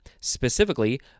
specifically